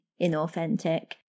inauthentic